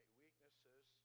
weaknesses